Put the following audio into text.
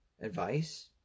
advice